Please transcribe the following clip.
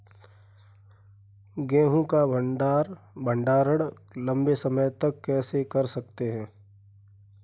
गेहूँ का भण्डारण लंबे समय तक कैसे कर सकते हैं?